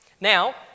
Now